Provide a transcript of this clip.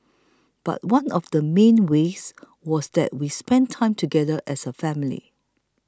but one of the main ways was that we spent time together as a family